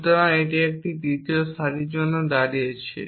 সুতরাং এটি একটি তৃতীয় সারির জন্য দাঁড়িয়েছে